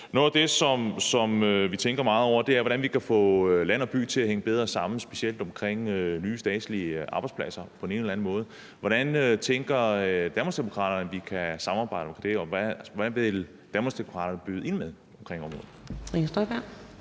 Noget af det, som vi tænker meget over, er, hvordan vi kan få land og by til at hænge bedre sammen, specielt i forhold til nye statslige arbejdspladser på den ene eller anden måde. Hvordan tænker Danmarksdemokraterne at de kan samarbejde om det, og hvad vil Danmarksdemokraterne byde ind med omkring det?